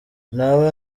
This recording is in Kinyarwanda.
nawe